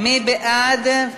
מי בעד?